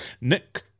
Nick